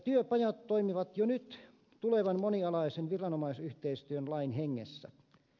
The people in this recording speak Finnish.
työpajat toimivat jo nyt tulevan monialaisen viranomaisyhteistyön lain hengessä